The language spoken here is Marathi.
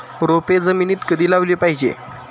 रोपे जमिनीत कधी लावली पाहिजे?